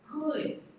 good